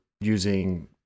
using